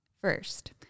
First